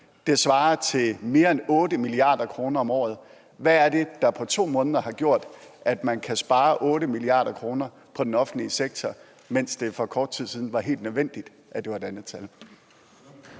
Det svarer til mere end 8 mia. kr. om året. Hvad er det, der på 2 måneder har gjort, at man kan spare 8 mia. kr. på den offentlige sektor, mens det for kort tid siden var helt nødvendigt, at det var et andet tal?